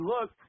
look